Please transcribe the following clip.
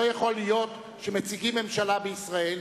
לא יכול להיות שמציגים ממשלה בישראל,